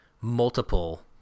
multiple